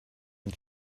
and